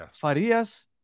Farias